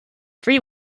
free